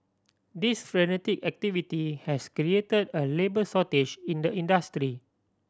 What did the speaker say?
this frenetic activity has created a labour shortage in the industry